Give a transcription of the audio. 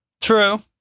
True